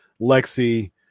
Lexi